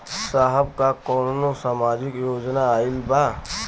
साहब का कौनो सामाजिक योजना आईल बा?